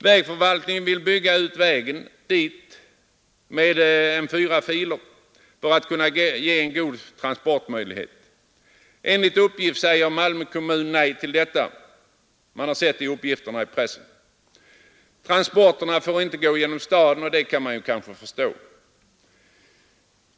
Vägförvaltningen vill bygga ut vägen dit med fyra filer för att kunna ge en god transportmöjlighet. Enligt uppgifter i pressen säger Malmö kommun nej till detta. Transporterna får inte gå genom staden, och det kan man kanske förstå.